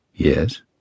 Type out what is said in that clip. Yes